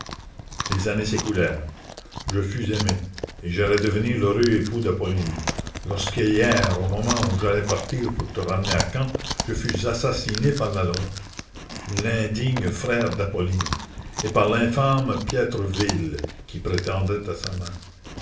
les années s'écoulèrent je fus aimé et j'allais devenir l'heureux époux d'appolline lorsqu'hier au moment où j'allais partir pour te ramener à caen je fus assassiné par lalonde l'indigne frère d'appoline et par l'infâme piétreville qui prétendait à sa main